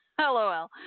LOL